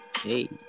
Hey